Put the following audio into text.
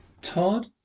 Todd